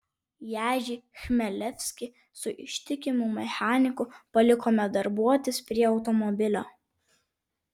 ježį chmelevskį su ištikimu mechaniku palikome darbuotis prie automobilio